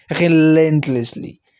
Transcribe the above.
Relentlessly